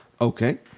Okay